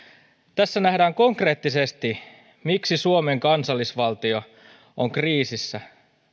tässä nähdään konkreettisesti miksi suomen kansallisvaltio on kriisissä